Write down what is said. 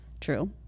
true